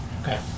Okay